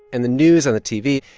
and the news on the tv,